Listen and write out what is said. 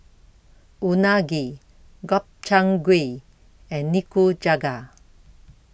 Unagi Gobchang Gui and Nikujaga